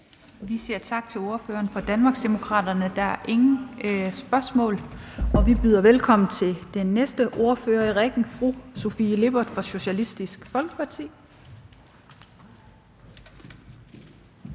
Vi siger tak til ordføreren for Danmarksdemokraterne. Der er ingen spørgsmål, og vi byder velkommen til den næste ordfører i rækken, fru Sofie Lippert fra Socialistisk Folkeparti.